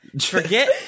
Forget